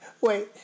wait